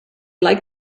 like